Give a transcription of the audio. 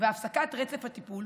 הפסקת רצף הטיפול"